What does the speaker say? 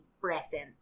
present